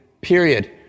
period